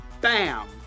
Bam